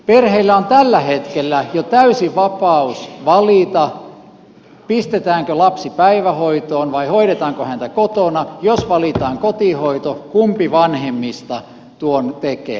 perheillä on tällä hetkellä jo täysi vapaus valita pistetäänkö lapsi päivähoitoon vai hoidetaanko häntä kotona ja jos valitaan kotihoito on vapaus valita kumpi vanhemmista tuon tekee